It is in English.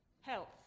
health